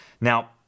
Now